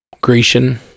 Grecian